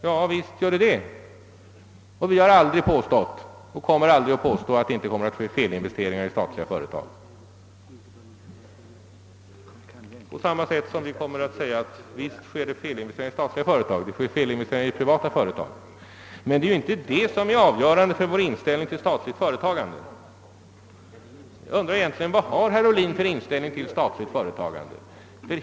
Ja, visst gör det det, men vi har aldrig påstått och kommer aldrig att påstå att det inte kommer att göras felinvesteringar inom statliga företag. Men det är inte detta som är avgörande för vår inställning till det statliga företagandet. Jag undrar egentligen vilken inställning herr Ohlin har till det statliga företagandet.